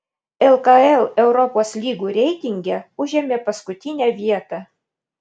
lkl europos lygų reitinge užėmė paskutinę vietą